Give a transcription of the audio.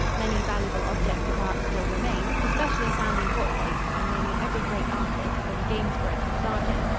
many valuable objects of art still remain, especially family portraits by nearly every great artist from gainsborough to sargent,